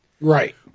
Right